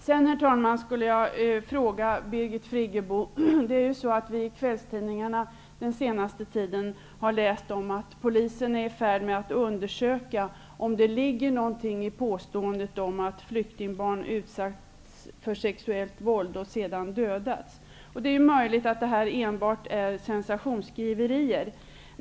Jag vill ställa en fråga till Birgit Friggebo. Vi har i kvällstidningarna den senaste tiden läst om att polisen är i färd med att undersöka om det lig ger någonting i påståendet att flyktingbarn har ut satts för sexuellt våld och sedan dödats. Det är möjligt att detta enbart är sensationsskriverier.